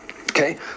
Okay